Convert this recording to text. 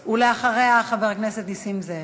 אחריה, חבר הכנסת נסים זאב.